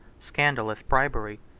scandalous bribery,